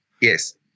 Yes